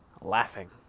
laughing